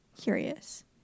curious